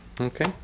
Okay